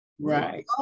Right